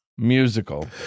Musical